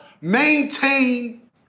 maintain